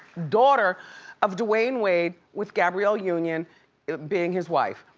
daughter of dwyane wade with gabrielle union being his wife.